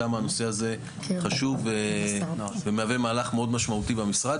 כמה הנושא הזה חשוב ומהווה מהלך מאוד משמעותי במשרד.